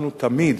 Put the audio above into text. אנחנו תמיד